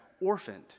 orphaned